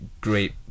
great